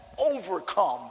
overcome